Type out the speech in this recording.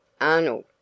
Arnold